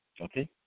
Okay